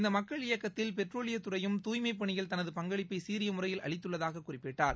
இந்த மக்கள் இயக்கத்தில் பெட்ரோலியத் துறையும் தூய்மைப் பணியில் தனது பங்களிப்பை சீரிய முறையில் அளித்துள்ளதாக குறிப்பிட்டார்